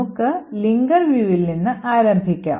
നമുക്ക് ലിങ്കർ viewൽ നിന്ന് ആരംഭിക്കാം